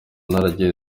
naragiye